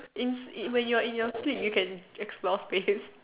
eh in when you are in your sleep you can explore spaces